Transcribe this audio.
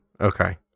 Okay